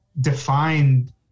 defined